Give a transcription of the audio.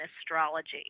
astrology